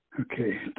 Okay